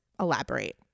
elaborate